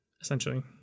essentially